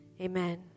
Amen